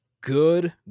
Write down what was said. Good